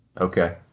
Okay